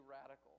radical